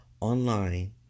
online